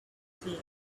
tangier